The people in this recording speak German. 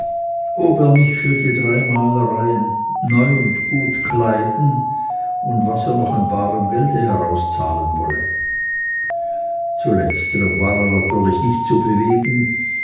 ob er mich für die drei malereien neu und gut kleiden und was er noch an barem gelde herauszahlen wolle zu letzterm war er natürlich nicht zu bewegen